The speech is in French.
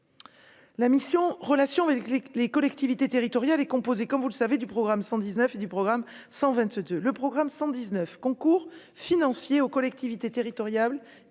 La mission Relations avec les collectivités territoriales est composé comme vous le savez, du programme 119 et du programme 122 le programme 119 concours financiers aux collectivités territoriales